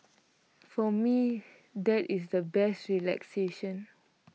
for me that is the best relaxation